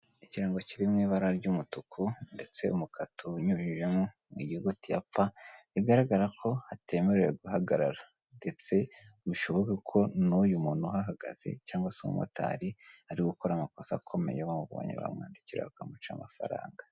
Ikirango kiri mu ibara ry'umutuku ndetse umukato unyujijemo mu inyuguti ya 'p' bigaragara ko atemerewe guhagarara, ndetse bishoboke ko n'uyu muntu uhahagaze cyangwa se umumotari ari gukora amakosa akomeye bamubonye bamwandikira bakamuca amafaranga.